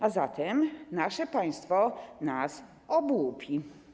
A zatem nasze państwo nas obłupi.